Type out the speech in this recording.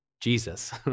Jesus